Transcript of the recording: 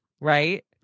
Right